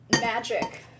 magic